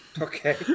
Okay